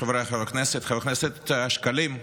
חבריי חברי הכנסת, חבר הכנסת שקלים,